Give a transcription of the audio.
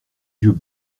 yeux